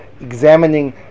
examining